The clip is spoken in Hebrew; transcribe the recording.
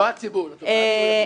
לא הציבור יחליט, אלא עד שהוא יחליט.